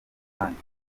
rusange